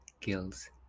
gills